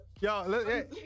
Yo